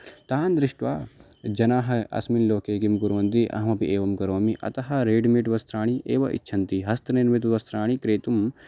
तान् दृष्ट्वा जनाः अस्मिन् लोके किं कुर्वन्ति अहमपि एवं करोमि अतः रेडिमेड् वस्त्राणि एव इच्छन्ति हस्तनिर्मितवस्त्राणि क्रेतुं